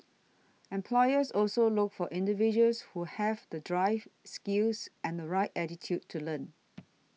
employers also look for individuals who have the drive skills and the right attitude to learn